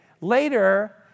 Later